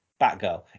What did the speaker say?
Batgirl